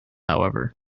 however